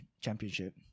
championship